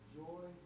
joy